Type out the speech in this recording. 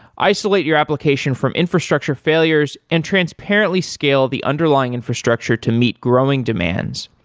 isolate your application from infrastructure failures and transparently scale the underlying infrastructure to meet growing demands,